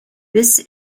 this